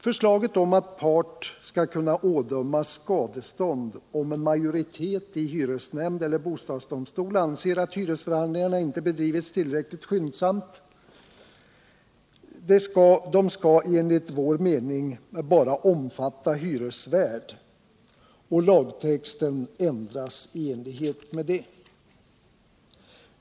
Förslaget om att part skall kunna ådömas skadestånd, om en majoritet i hyresnämnd eller bostadsdomstol anser att hyresförhandlingarna inte bedrivits ullräckligt skyndsamt, skall enligt vår mening bara omfatta hyresvärd. Lagtexten bör ändras i enlighet med detta.